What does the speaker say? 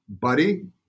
Buddy